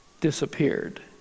disappeared